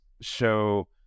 show